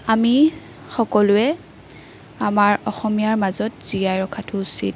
আমি সকলোৱে আমাৰ অসমীয়াৰ মাজত জীয়াই ৰখাটো উচিত